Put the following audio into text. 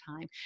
time